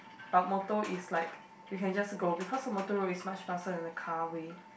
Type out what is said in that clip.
but motor is like you can just go because the motor road is much faster in a car way